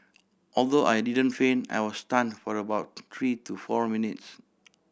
although I didn't faint I was stun for about three to four minutes